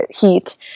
heat